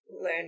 learn